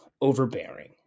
overbearing